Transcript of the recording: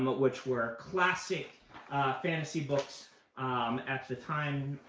which were classic fantasy books at the time.